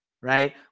right